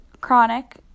chronic